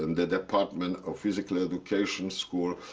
and the department of physical education school.